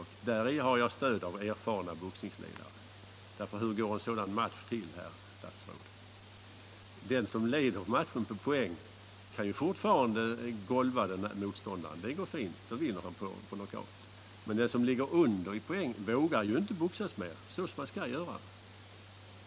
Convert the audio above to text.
För det påståendet har jag stöd av erfarna boxningsledare. Hur skulle en sådan match gå till, herr statsråd? Den som leder matchen på poäng kan ju fortfarande golva motståndaren. Det går fint. Då vinner han på knockout. Men den som ligger under i poäng vågar ju inte boxas längre på vanligt sätt.